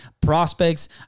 prospects